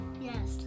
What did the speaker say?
Yes